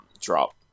drop